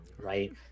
right